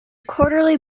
quarterly